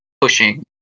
pushing